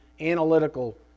analytical